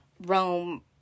Rome